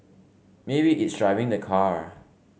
maybe it's driving the car